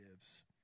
gives